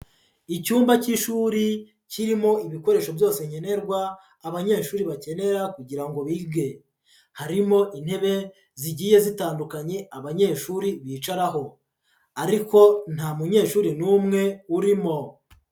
Icyumba cy'ishuri kirimo ibikoresho byose nkenerwa abanyeshuri bakenera kugira ngo bige, harimo intebe zigiye zitandukanye abanyeshuri bicaraho ariko nta munyeshuri n'umwe urimo.